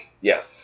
Yes